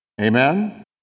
Amen